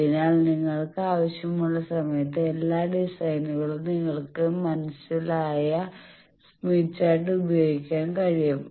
അതിനാൽ നിങ്ങൾക്ക് ആവശ്യമുള്ള സമയത്ത് എല്ലാ ഡിസൈനുകളിലും നിങ്ങൾക്ക് മനസ്സിലായ സ്മിത്ത് ചാർട്ട് ഉപയോഗികാൻ സാധിക്കും